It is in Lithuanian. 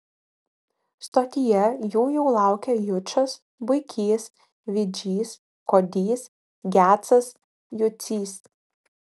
stotyje jų jau laukė jučas buikys vidžys kodys gecas jucys